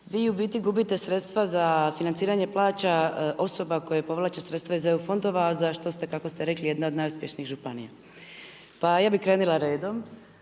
vi u biti gubite sredstva za financiranje plaća osoba koje povlače sredstva iz EU fondova a za što ste kako ste rekli jedna od najuspješnijih županija. Pa ja bi krenula redom.